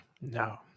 no